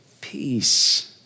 Peace